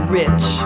rich